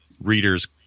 readers